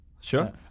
Sure